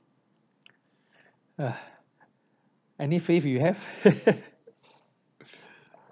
ugh any faith you have